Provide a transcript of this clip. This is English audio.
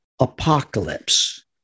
apocalypse